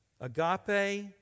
Agape